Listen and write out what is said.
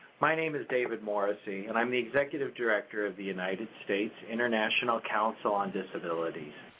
my name is david morrissey, and i'm the executive director of the united states international council on disabilities.